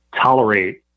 tolerate